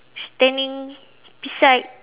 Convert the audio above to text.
standing beside